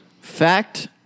Fact